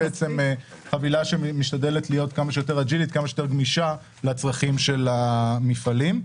חבילה שמשתדלת להיות כמה שיותר גמישה לצרכים של המפעלים.